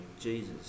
Jesus